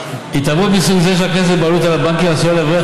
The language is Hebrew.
התערבות מסוג זה של הכנסת בבעלות על הבנקים עשויה להבריח